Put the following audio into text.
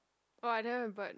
orh I don't have a bird